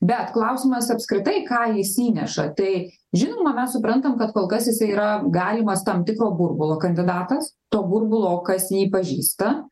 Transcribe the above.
bet klausimas apskritai ką jis įneša tai žinoma mes suprantam kad kol kas jisai yra galimas tam tikro burbulo kandidatas to burbulo kas jį pažįsta